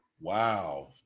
Wow